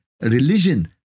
religion